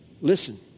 listen